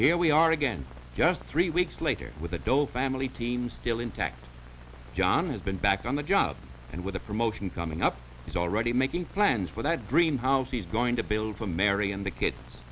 here we are again just three weeks later with a dull family team still intact john has been back on the job and with a promotion coming up he's already making plans for that dream house he's going to build for mary and th